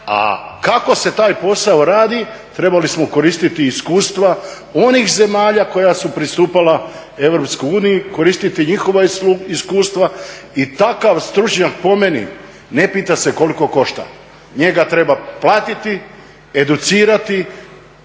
A kako se taj posao radi, trebali smo koristiti iskustva onih zemalja koja su pristupala EU koristiti njihova iskustva i takav stručnjak po meni ne pita se koliko košta. Njega treba platiti, educirati